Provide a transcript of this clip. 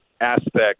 aspects